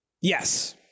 yes